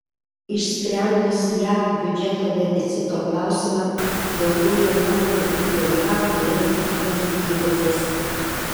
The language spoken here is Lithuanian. išsprendus jav biudžeto deficito klausimą daugėja nuomonių jog jav vėl įklimps į recesiją